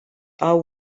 are